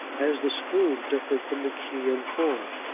as the spoon differed from the key in form.